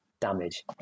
damage